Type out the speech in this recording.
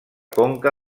conca